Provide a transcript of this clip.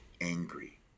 angry